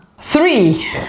three